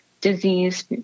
disease